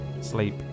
sleep